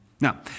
Now